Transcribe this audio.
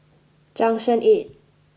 junction eight